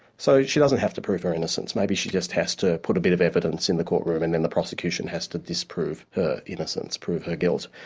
so she doesn't have to prove her innocence, maybe she just has to put a bit of evidence in the courtroom and then the prosecution has to disprove her innocence, prove her guilt.